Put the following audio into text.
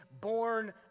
born